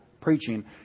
preaching